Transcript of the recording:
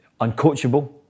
uncoachable